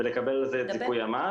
ולקבל על זה את זיכוי המס.